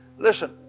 listen